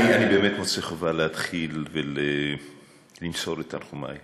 אני באמת מוצא חובה להתחיל במסירת תנחומי,